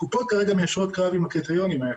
הקופות כרגע מיישרות קו עם הקריטריונים האלה.